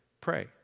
Pray